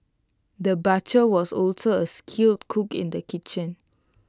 the butcher was also A skilled cook in the kitchen